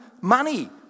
money